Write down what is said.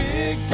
Big